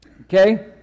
Okay